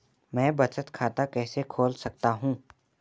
मैं बचत खाता कैसे खोल सकता हूँ?